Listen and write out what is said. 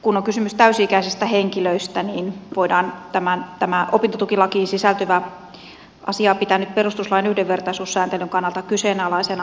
kun on kysymys täysi ikäisistä henkilöistä niin voidaan tätä opintotukilakiin sisältyvää asiaa pitää nyt perustuslain yhdenvertaisuussääntelyn kannalta kyseenalaisena